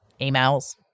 emails